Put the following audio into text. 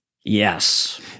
Yes